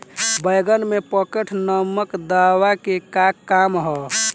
बैंगन में पॉकेट नामक दवा के का काम ह?